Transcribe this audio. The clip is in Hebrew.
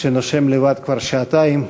שנושם לבד כבר שעתיים.